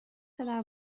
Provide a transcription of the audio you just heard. پدر